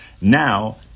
Now